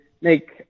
make